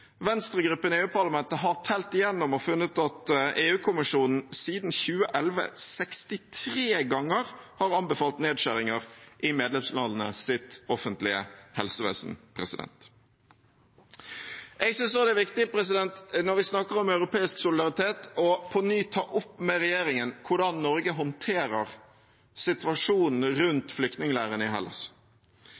Venstregruppen i EU-parlamentet har telt og har funnet at EU-kommisjonen siden 2011 63 ganger har anbefalt nedskjæringer i medlemslandenes offentlige helsevesen. Jeg synes også det er viktig, når vi snakker om europeisk solidaritet, på nytt å ta opp med regjeringen hvordan Norge håndterer situasjonen rundt flyktningleirene i Hellas.